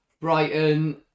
Brighton